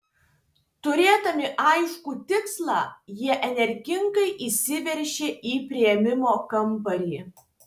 turėdami aiškų tikslą jie energingai įsiveržė į priėmimo kambarį